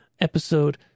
episode